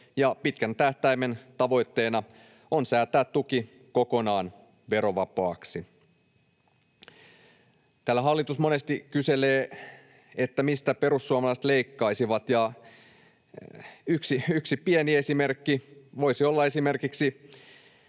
ja pitkän tähtäimen tavoitteena on säätää tuki kokonaan verovapaaksi. Täällä hallitus monesti kyselee, mistä perussuomalaiset leikkaisivat, ja yksi pieni esimerkki voisi olla, että kun